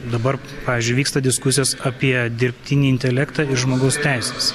dabar pavyzdžiui vyksta diskusijos apie dirbtinį intelektą ir žmogaus teises